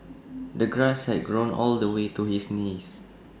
the grass had grown all the way to his knees